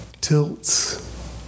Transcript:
tilts